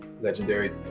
legendary